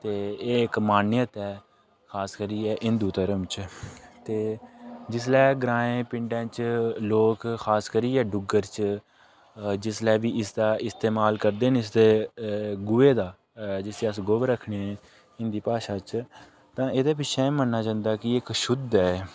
ते एह् एक मानता ऐ खास करियै हिन्दु धर्म च ते जिसलै ग्राईं पिंडें च लोग खास करियै डुग्गर च जिसलै बी इसदा इस्तमाल करदे न इसदे गोहें दा जिसी अस गोबर आक्खने आं हिंदी भाशा च तां एहदे पिच्छें एह् मन्नेआ जंदा एह् इक शुद्ध ऐ